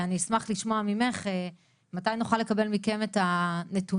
אני אשמח לשמוע ממך מתי נוכל לקבל מכם את הנתונים